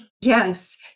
Yes